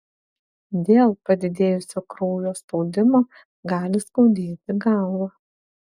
dėl padidėjusio kraujo spaudimo gali skaudėti galvą